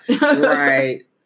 Right